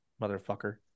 motherfucker